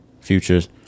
Futures